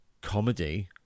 comedy